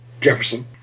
Jefferson